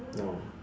no